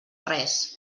res